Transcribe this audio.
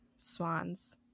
swans